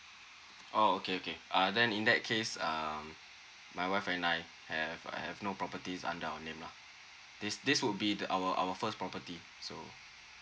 oh okay okay uh then in that case um my wife and I have I have no properties under our name lah this this would be the our our first property so